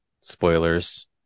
spoilers